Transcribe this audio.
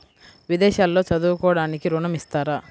విదేశాల్లో చదువుకోవడానికి ఋణం ఇస్తారా?